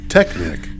Technic